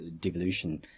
Devolution